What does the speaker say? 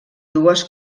dues